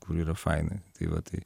kur yra faina tai va tai